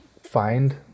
find